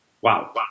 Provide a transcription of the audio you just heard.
Wow